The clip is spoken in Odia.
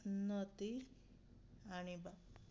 ଉନ୍ନତି ଆଣିବା